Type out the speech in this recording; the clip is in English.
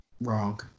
Wrong